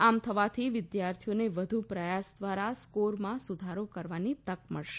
આમ થવાથી વિદ્યાર્થીઓને વધુ પ્રયાસ દ્વારા સ્કોરમાં સુધારો કરવાની તક મળશે